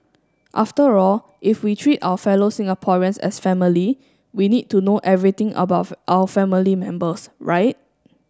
after all if we treat our fellow Singaporeans as family we need to know everything about our family members right